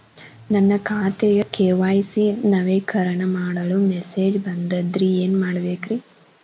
ನನ್ನ ಖಾತೆಯ ಕೆ.ವೈ.ಸಿ ನವೇಕರಣ ಮಾಡಲು ಮೆಸೇಜ್ ಬಂದದ್ರಿ ಏನ್ ಮಾಡ್ಬೇಕ್ರಿ?